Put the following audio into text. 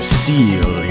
seal